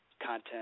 content